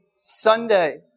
Sunday